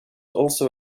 also